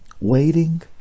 waiting